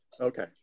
Okay